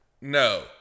No